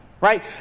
right